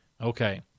Okay